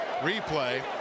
replay